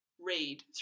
read